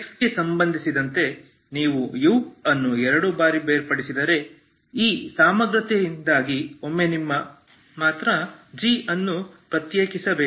x ಗೆ ಸಂಬಂಧಿಸಿದಂತೆ ನೀವು u ಅನ್ನು ಎರಡು ಬಾರಿ ಬೇರ್ಪಡಿಸಿದರೆ ಈ ಸಮಗ್ರತೆಯಿಂದಾಗಿ ನೀವು ಒಮ್ಮೆ ಮಾತ್ರ g ಅನ್ನು ಪ್ರತ್ಯೇಕಿಸಬೇಕು